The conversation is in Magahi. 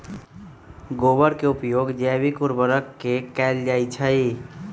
गोबर के उपयोग जैविक उर्वरक में कैएल जाई छई